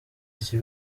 iki